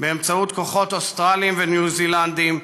באמצעות כוחות אוסטרליים וניו זילנדיים,